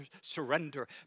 surrender